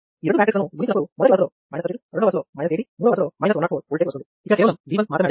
ఈ రెండు మ్యాట్రిక్స్ లను గుణించినప్పుడు మొదటి వరుసలో 32 రెండో వరుసలో 80 మూడో వరుసలో 104 ఓల్టేజ్ వస్తుంది